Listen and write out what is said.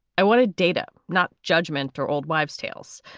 i want a data, not judgment or old wives tales,